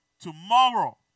Tomorrow